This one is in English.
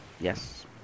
Yes